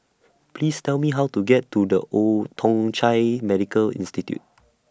Please Tell Me How to get to The Old Thong Chai Medical Institute